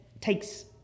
takes